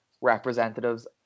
representatives